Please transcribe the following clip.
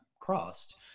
crossed